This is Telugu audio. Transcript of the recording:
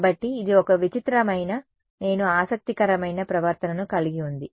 కాబట్టి ఇది ఒక విచిత్రమైన ఆసక్తికరమైన ప్రవర్తనను కలిగి ఉంది